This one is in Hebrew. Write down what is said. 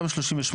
תמ"א 38,